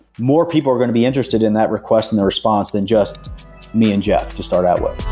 more people are going to be interested in that request and the response than just me and jeff, to start out with